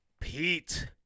Pete